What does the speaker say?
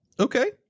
Okay